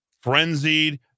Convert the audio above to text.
frenzied